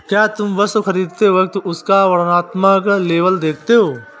क्या तुम वस्तु खरीदते वक्त उसका वर्णात्मक लेबल देखते हो?